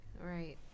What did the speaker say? right